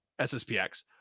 SSPX